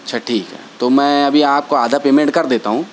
اچھا ٹھیک ہے تو میں ابھی آپ کو آدھا پیمنٹ کر دیتا ہوں